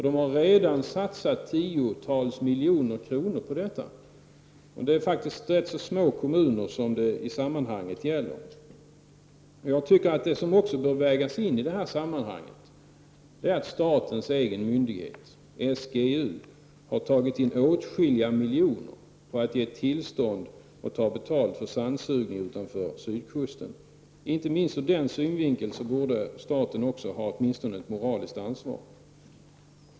De har redan satsat tiotals miljoner kronor på detta. Det är faktiskt rätt små kommuner som det här gäller. Något som också bör vägas in i sammanhanget är att statens egen myndighet, SGU, har tagit in åtskilliga miljoner på att ge tillstånd till och ta betalt för sandsugning utanför sydkusten. Inte minst ur den synvinkeln borde staten också ha åtminstone ett moraliskt ansvar.